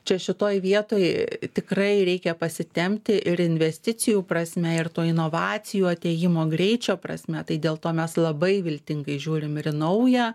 čia šitoj vietoj tikrai reikia pasitempti ir investicijų prasme ir to inovacijų atėjimo greičio prasme tai dėl to mes labai viltingai žiūrim ir į naują